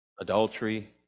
adultery